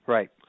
Right